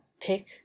pick